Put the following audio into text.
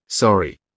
Sorry